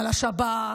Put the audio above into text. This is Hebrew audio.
על השב"כ,